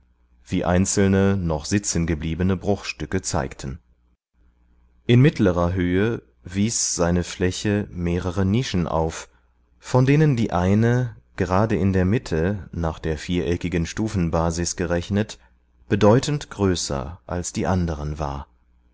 wie einzelne noch sitzengebliebene bruchstücke zeigten in mittlerer hohe wies seine fläche mehrere nischen auf von denen die eine gerade in der mitte nach der viereckigen stufenbasis gerechnet bedeutend größer als die anderen war